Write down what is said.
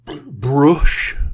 brush